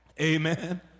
Amen